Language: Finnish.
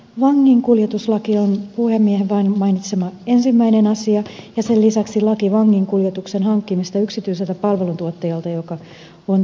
vanginkuljetuslaki on puhemiehen mainitsema ensimmäinen asia ja sen lisäksi laki vanginkuljetuksen hankkimista yksityiseltä palveluntuottajalta on toinen